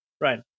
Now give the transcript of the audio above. Right